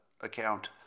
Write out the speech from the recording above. account